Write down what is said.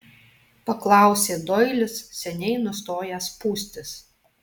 paklausė doilis seniai nustojęs pūstis